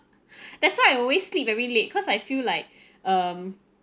that's why I always sleep very late cause I feel like um